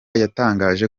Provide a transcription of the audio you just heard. yatangaje